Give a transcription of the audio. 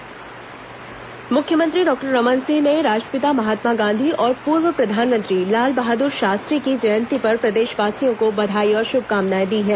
गांधी शास्त्री जयंती मुख्यमंत्री डॉक्टर रमन सिंह ने राष्ट्रपिता महात्मा गांधी और पूर्व प्रधानमंत्री लाल बहादुर शास्त्री की जयंती पर प्रदेशवासियों को बधाई और श्भकामनाएं दी हैं